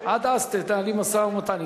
ועד אז תנהלי אתם משא-ומתן.